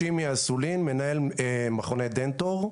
אני מנהל מכוני דנטאור,